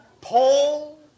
Paul